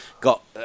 got